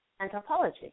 Anthropology